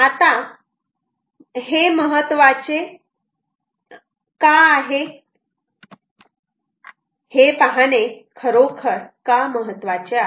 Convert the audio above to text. आता हे महत्त्वाचे का आहे हे पाहणे खरोखर का महत्वाचे आहे